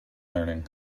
learning